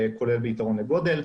כולל יתרון גודל,